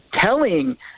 telling